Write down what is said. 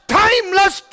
timeless